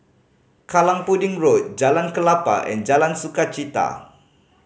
Kallang Pudding Road Jalan Klapa and Jalan Sukachita